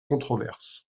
controverses